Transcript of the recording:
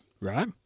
Right